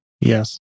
Yes